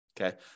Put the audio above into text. Okay